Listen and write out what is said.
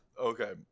Okay